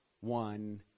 one